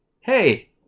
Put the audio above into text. hey